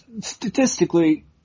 Statistically